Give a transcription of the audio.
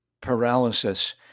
paralysis